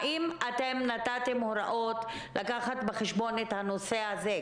האם אתם נתתם הוראות לקחת בחשבון את הנושא הזה,